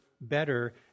better